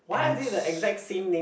and it's